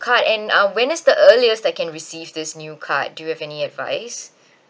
card and uh when is the earliest I can receive this new card do you have any advice